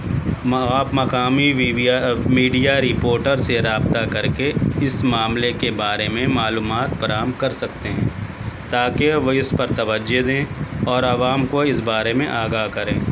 آپ مقامی میبیا میڈیا رپورٹر سے رابطہ کر کے اس معاملے کے بارے میں معلومات فراہم کر سکتے ہیں تاکہ وہ اس پر توجہ دیں اور عوام کو اس بارے میں آگاہ کریں